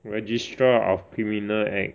registrar of criminal act